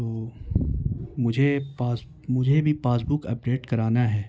تو مجھے پاس مجھے بھی پاس بک اپڈیٹ کرانا ہے